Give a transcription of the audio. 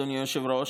אדוני היושב-ראש,